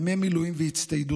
ימי מילואים והצטיידות,